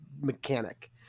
mechanic